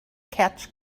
catch